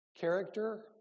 character